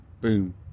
boom